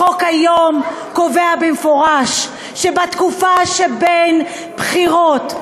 החוק היום קובע במפורש שבתקופה שבין בחירות,